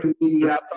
media